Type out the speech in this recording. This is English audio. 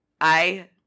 I-